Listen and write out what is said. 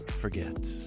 Forget